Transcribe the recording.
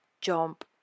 jump